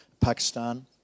Pakistan